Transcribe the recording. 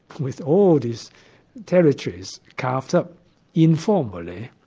with all these territories carved up informally,